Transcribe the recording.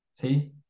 See